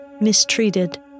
mistreated